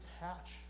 attach